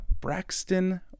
braxton